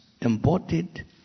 embodied